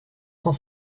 cent